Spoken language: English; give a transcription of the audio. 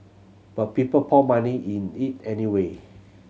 but people poured money in it anyway